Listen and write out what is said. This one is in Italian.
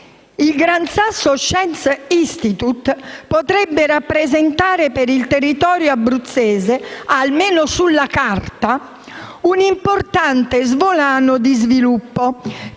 il Gran Sasso Science Institute potrebbe rappresentare per il territorio abruzzese, almeno sulla carta, un importante volano di sviluppo,